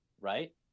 Right